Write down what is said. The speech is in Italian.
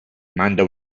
manda